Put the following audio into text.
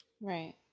Right